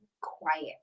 quiet